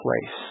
place